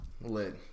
Lit